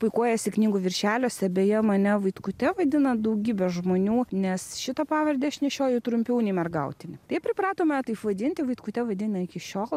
puikuojasi knygų viršeliuose beje mane vaitkute vadina daugybė žmonių nes šitą pavardę aš nešioju trumpiau nei mergautinę tai pripratome taip vadinti vaitkute vadina iki šiol